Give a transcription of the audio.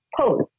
pose